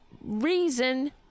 reason